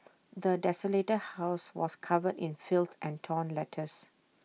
the desolated house was covered in filth and torn letters